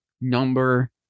number